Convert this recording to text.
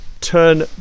turn